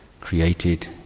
created